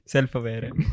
Self-aware